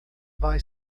vai